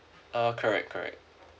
uh correct correct